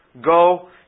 go